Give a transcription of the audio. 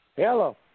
Hello